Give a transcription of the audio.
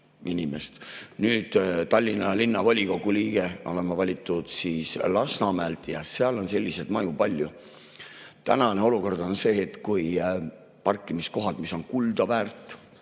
Nüüd, Tallinna Linnavolikogu liikmeks olen ma valitud siis Lasnamäelt ja seal on selliseid maju palju. Tänane olukord on see, et kui parkimiskohad, mis on kulda väärt